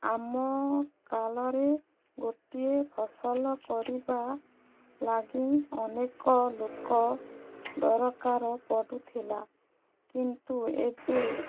ଆମ କାଳରେ ଗୋଟିଏ ଫସଲ କରିବା ଲାଗି ଅନେକ ଲୋକ ଦରକାର ପଡ଼ୁଥିଲା କିନ୍ତୁ ଏବେ